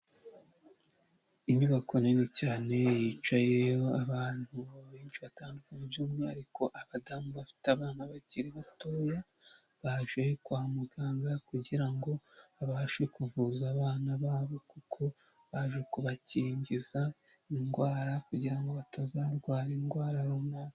Inyubako nini cyane yicaye abantu benshi batandukanye by'umwihariko abadamu bafite abana bakiri batoya, baje kwa muganga kugira ngo babashe kuvuza abana babo kuko baje kubakingiza indwara kugira ngo batazarwara indwara runaka.